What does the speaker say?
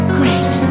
great